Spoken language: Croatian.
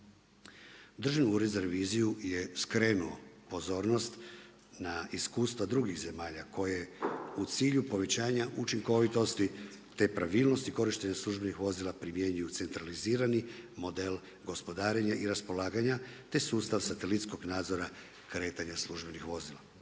Državni ured za reviziju je skrenuo pozornost na iskustva drugih zemalja koje u cilju povećanja učinkovitosti te pravilnosti korištenja službenih vozila primjenjuju centralizirani model gospodarenja i raspolaganja, te sustav satelitskog nadzora kretanja službenih vozila.